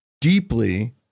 deeply